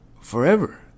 forever